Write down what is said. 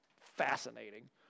fascinating